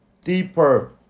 deeper